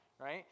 right